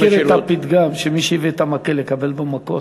אתה מכיר את הפתגם שמי שהביא את המקל יקבל בו מכות?